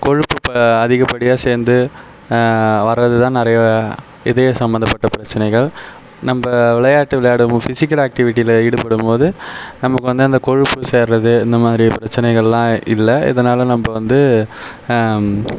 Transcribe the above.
கொழுப்பு அதிகப்படியாக சேர்ந்து வரது தான் நிறைய இதயம் சம்பந்தப்பட்ட பிரச்சினைகள் நம்ம விளையாட்டு விளையாடும் ஃபிஸிக்கல் ஆக்டிவிட்டியில் ஈடுபடும்போது நமக்கு வந்து இந்த கொழுப்பு சேருவது இந்த மாதிரி பிரச்சினைகள்லாம் இல்லை இதனால் நம்ம வந்து